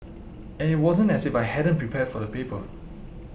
and it wasn't as if I hadn't prepared for the paper